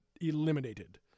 eliminated